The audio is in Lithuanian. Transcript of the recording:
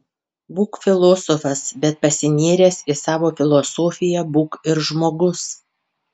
būk filosofas bet pasinėręs į savo filosofiją būk ir žmogus